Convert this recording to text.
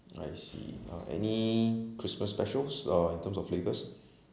I see uh any christmas specials uh in terms of flavours